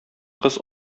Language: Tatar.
кыз